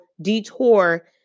detour